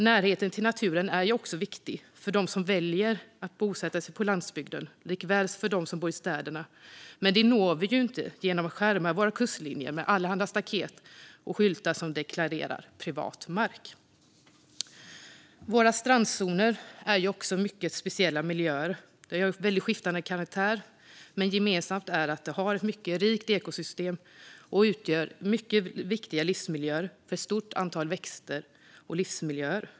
Närheten till naturen är också viktig för dem som väljer att bosätta sig på landsbygden, liksom för dem som bor i städerna, men vi når inte naturen genom att avskärma våra kustlinjer med allehanda staket och skyltar som deklarerar privat mark. Våra strandzoner är också mycket speciella miljöer med skiftande karaktär, men gemensamt för dem är att de har ett mycket rikt ekosystem och utgör viktiga livsmiljöer för ett stort antal växt och djurarter.